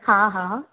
हा हा